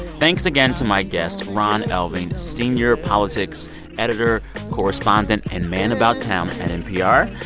thanks again to my guest ron elving, senior politics editor correspondent and man about town at npr,